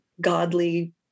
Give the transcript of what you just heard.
godly